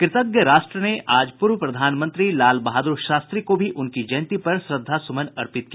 कृतज्ञ राष्ट्र ने आज पूर्व प्रधानमंत्री लाल बहादुर शास्त्री को भी उनकी जयंती पर श्रद्वा सुमन अर्पित किया